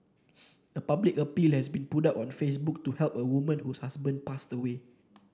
a public appeal has been put up on Facebook to help a woman whose husband passed away